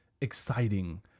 exciting